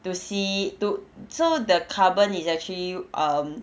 to see to so the carbon is actually um